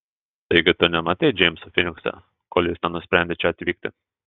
taigi tu nematei džeimso finikse kol jis nenusprendė čia atvykti